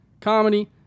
comedy